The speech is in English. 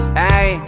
hey